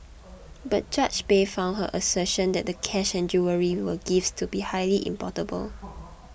but Judge Bay found her assertion that the cash and jewellery were gifts to be highly improbable